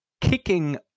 kicking